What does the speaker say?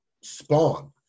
Spawn